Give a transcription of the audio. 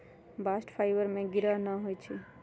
bast fibre में गिरह न होई छै